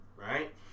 right